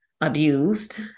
abused